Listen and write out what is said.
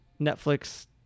Netflix